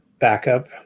backup